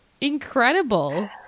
incredible